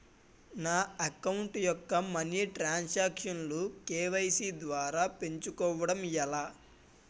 నా అకౌంట్ యెక్క money transaction లు కే.వై.సీ ద్వారా పెంచుకోవడం ఎలా?